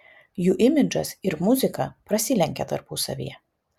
jų imidžas ir muzika prasilenkia tarpusavyje